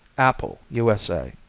apple u s a.